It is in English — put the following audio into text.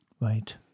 Right